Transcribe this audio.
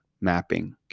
mapping